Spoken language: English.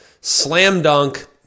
slam-dunk